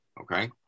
Okay